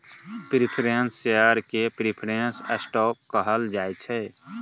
preference share केँ preference stock कहल जाइ छै